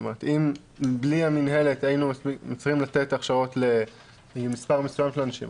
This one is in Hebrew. אם בלי המינהלת היינו יכולים לתת הכשרות למספר מסוים של אנשים,